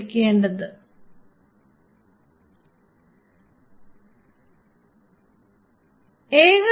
വേക്കേണ്ടതാണ്